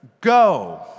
Go